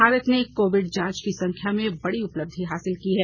भारत ने कोविड जांच की संख्या में बडी उपलब्धि हासिल की है